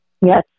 Yes